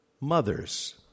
mothers